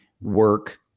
work